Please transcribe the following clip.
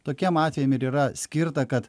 tokiem atvejam ir yra skirta kad